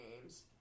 games